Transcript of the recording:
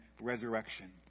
resurrection